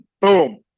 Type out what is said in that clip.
Boom